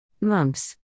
Mumps